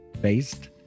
based